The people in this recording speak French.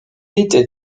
était